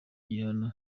gihano